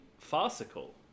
farcical